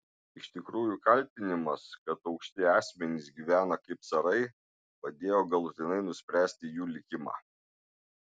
iš tikrųjų kaltinimas kad aukšti asmenys gyvena kaip carai padėjo galutinai nuspręsti jų likimą